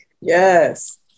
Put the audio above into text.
Yes